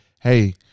Hey